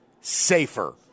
safer